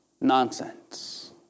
nonsense